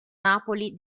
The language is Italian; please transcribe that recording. napoli